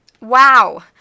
Wow